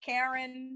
Karen